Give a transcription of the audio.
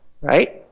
right